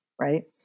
right